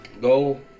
Go